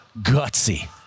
Gutsy